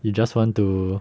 you just want to